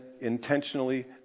intentionally